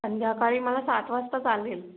संध्याकाळी मला सात वाजता चालेल